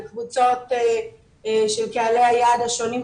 לקבוצות של קהלי היעד השונים שלנו,